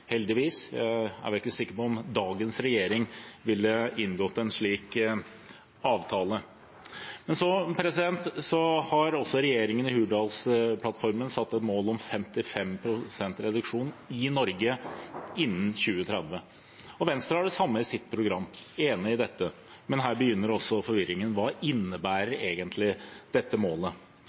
heldigvis; jeg er ikke sikker på om dagens regjering ville ha inngått en slik avtale. Så har også regjeringen i Hurdalsplattformen satt et mål om 55 pst. reduksjon i Norge innen 2030. Venstre har det samme i sitt program og er enig i dette. Men her begynner også forvirringen: Hva innebærer egentlig dette målet?